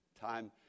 time